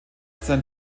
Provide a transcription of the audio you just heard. sein